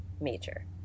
major